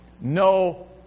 no